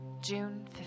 June